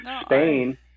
Spain